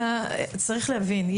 צריך להבין,